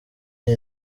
iyi